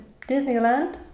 Disneyland